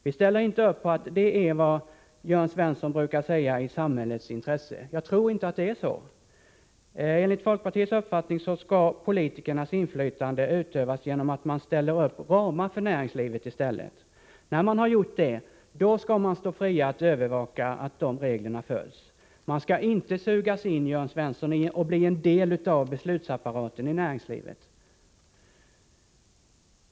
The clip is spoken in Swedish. Vi ställer inte upp på att det är, som Jörn Svensson brukar säga, i samhällets intresse. Jag tror inte att det är så. Enligt folkpartiets uppfattning skall politikernas inflytande utövas genom att man i stället sätter upp ramar för näringslivet. När man har gjort det skall man vara fri att övervaka att de reglerna följs. Man skall inte sugas in och bli en del av beslutsapparaten i näringslivet, Jörn Svensson.